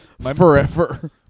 forever